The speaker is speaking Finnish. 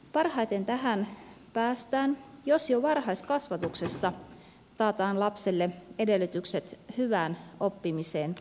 parhaiten tähän päästään jos jo varhaiskasvatuksessa taataan lapselle edellytykset hyvään oppimiseen